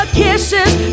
kisses